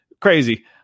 Crazy